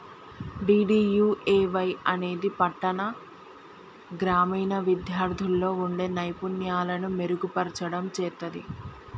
DDUAY అనేది పట్టాణ, గ్రామీణ విద్యార్థుల్లో వుండే నైపుణ్యాలను మెరుగుపర్చడం చేత్తది